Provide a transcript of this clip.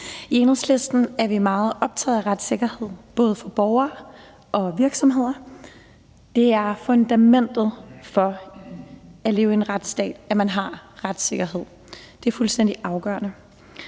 I Enhedslisten er vi meget optaget af retssikkerhed både for borgere og virksomheder. Det er fundamentet for at leve i en retsstat, at man har retssikkerhed. Det er fuldstændig afgørende.